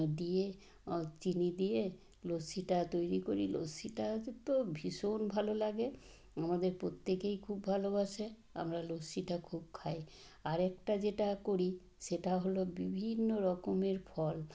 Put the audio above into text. দিয়ে চিনি দিয়ে লস্যিটা তৈরি করি লস্যিটা হচ্ছে তো ভীষণ ভালো লাগে আমাদের প্রত্যেকেই খুব ভালোবাসে আমরা লস্যিটা খুব খাই আরেকটা যেটা করি সেটা হল বিভিন্ন রকমের ফল